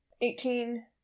Eighteen